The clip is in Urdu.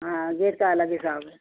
ہاں گیٹ کا الگ حساب ہے